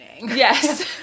Yes